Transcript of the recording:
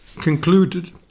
concluded